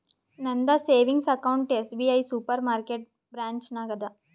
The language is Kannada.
ನಂದ savings account SBI supermarket branch ನಾಗ್ ಅದಾ